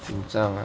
紧张啊